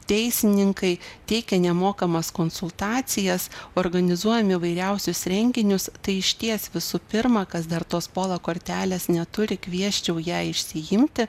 teisininkai teikia nemokamas konsultacijas organizuojam įvairiausius renginius tai išties visų pirma kas dar tos pola kortelės neturi kviesčiau ją išsiimti